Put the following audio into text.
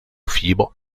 fibre